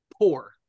poor